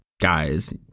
guys